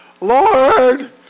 Lord